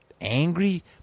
angry